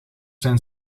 zijn